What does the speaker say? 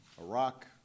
Iraq